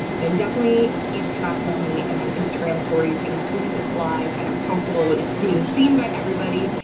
then definitely keep track with me and my instagram stories and as soon as it's live and i'm comfortable with it being seen by everybody,